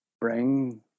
bring